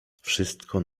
wszystko